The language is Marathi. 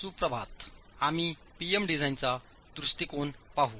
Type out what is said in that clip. सुप्रभात आम्ही P M डिझाइनचा दृष्टीकोन पाहू